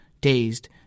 Dazed